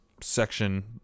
section